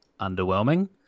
underwhelming